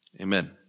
Amen